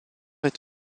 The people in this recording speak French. est